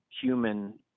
human